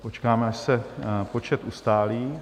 Počkáme, až se počet ustálí.